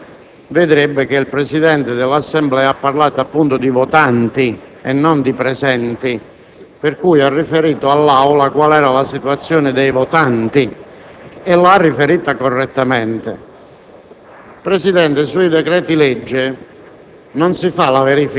quello che è accaduto, ma se lo leggesse con serenità, si accorgerebbe che il Presidente dell'Assemblea ha parlato, appunto, di votanti e non di presenti, per cui ha riferito all'Aula qual era la situazione dei votanti e l'ha riferita correttamente.